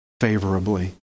favorably